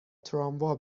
تراموا